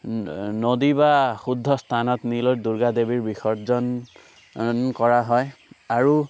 নদী বা শুদ্ধ স্থানত নি লৈ দূৰ্গা দেৱীৰ বিসৰ্জন কৰা হয় আৰু